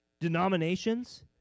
denominations